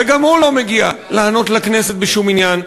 וגם הוא לא מגיע לענות לכנסת בשום עניין.